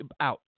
out